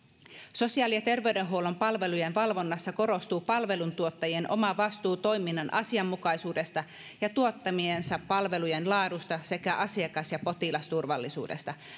sosiaali ja terveydenhuollon palvelujen valvonnassa korostuu palveluntuottajien oma vastuu toiminnan asianmukaisuudesta ja tuottamiensa palvelujen laadusta sekä asiakas ja potilasturvallisuudesta